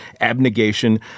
Abnegation